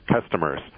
customers